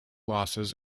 losses